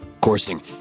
coursing